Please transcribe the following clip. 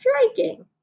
striking